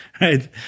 right